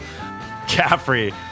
Caffrey